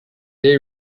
they